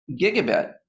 gigabit